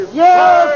yes